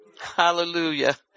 Hallelujah